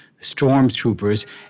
stormtroopers